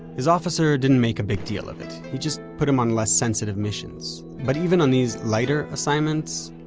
his officer didn't make a big deal of it. he just put him on less sensitive missions. but even on these lighter assignments,